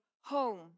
home